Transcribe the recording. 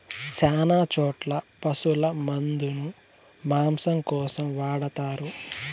శ్యాన చోట్ల పశుల మందను మాంసం కోసం వాడతారు